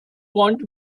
want